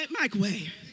Microwave